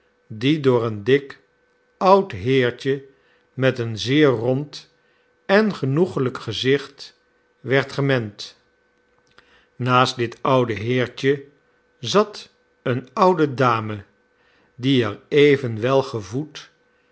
die door een dik oud heertje met een zeer rond en genoeglijk gezicht werd gemend naast dit oude heertje zat eene oude dame die er even welgevoed